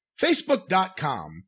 facebook.com